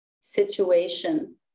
situation